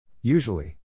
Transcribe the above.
Usually